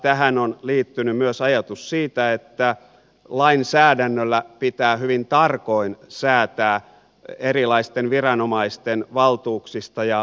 tähän on liittynyt myös ajatus siitä että lainsäädännöllä pitää hyvin tarkoin säätää erilaisten viranomaisten valtuuksista ja oikeuksista